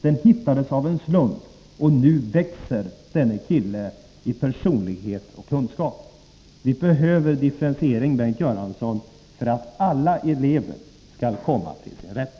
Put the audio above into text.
Den hittades av en slump, och nu växer denna kille i personlighet och kunskap. Vi behöver differentiering, Bengt Göransson, för att alla elever skall komma till sin rätt.